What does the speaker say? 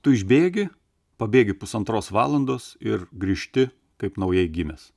tu išbėgi pabėgi pusantros valandos ir grįžti kaip naujai gimęs